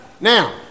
Now